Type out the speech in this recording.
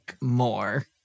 more